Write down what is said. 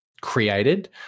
created